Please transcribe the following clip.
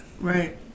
Right